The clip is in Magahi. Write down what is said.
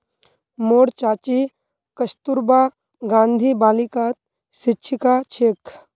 मोर चाची कस्तूरबा गांधी बालिकात शिक्षिका छेक